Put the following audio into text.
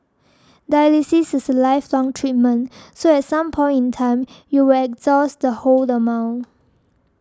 dialysis is a lifelong treatment so at some point in time you will exhaust the whole amount